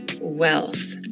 wealth